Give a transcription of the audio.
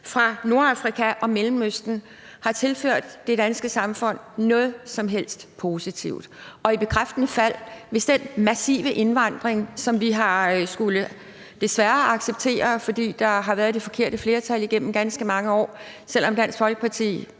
fra Nordafrika og Mellemøsten har tilført det danske samfund noget som helst positivt? Jeg taler om den massive indvandring, som vi desværre har skullet acceptere, fordi der har været det forkerte flertal igennem ganske mange år. Dansk Folkeparti